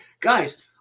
guys